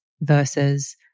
versus